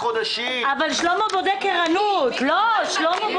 חוות דעת של המשרד להגנת הסביבה,